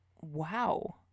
wow